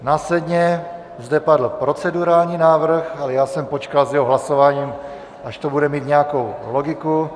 Následně zde padl procedurální návrh, ale já jsem počkal s jeho hlasováním, až to bude mít nějakou logiku.